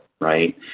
right